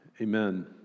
Amen